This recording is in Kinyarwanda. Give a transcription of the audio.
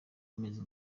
bimeze